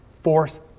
force